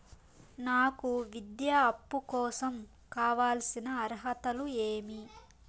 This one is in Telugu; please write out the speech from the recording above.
నాకు విద్యా అప్పు కోసం కావాల్సిన అర్హతలు ఏమి?